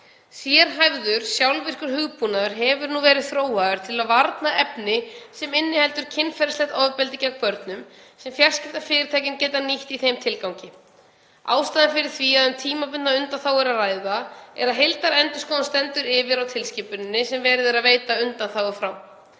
Sérhæfður sjálfvirkur hugbúnaður hefur nú verið þróaður til að varna efni sem inniheldur kynferðislegt ofbeldi gegn börnum, sem fjarskiptafyrirtækin geta nýtt í þeim tilgangi. Ástæðan fyrir því að um tímabundna undanþágu er að ræða er að heildarendurskoðun stendur yfir á tilskipuninni sem verið er að veita undanþágu frá.